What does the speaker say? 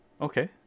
Okay